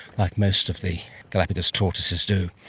like most of the galapagos tortoises do.